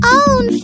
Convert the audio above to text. own